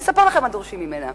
אני אספר לכם מה דורשים ממנה.